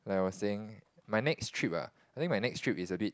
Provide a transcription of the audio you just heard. like I was saying my next trip ah I think my next trip is a bit